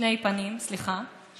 שני פנים, סליחה.